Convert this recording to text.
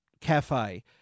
cafe